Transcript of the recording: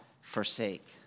forsake